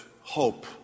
hope